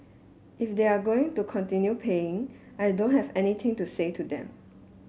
if they're going to continue paying I don't have anything to say to them